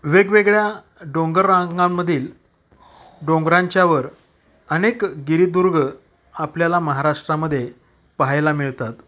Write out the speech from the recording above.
वेगवेगळ्या डोंगर रांगांमधील डोंगरांच्यावर अनेक गिरीदुर्ग आपल्याला महाराष्ट्रामध्ये पाहायला मिळतात